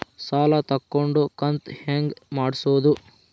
ಸಾಲ ತಗೊಂಡು ಕಂತ ಹೆಂಗ್ ಮಾಡ್ಸೋದು?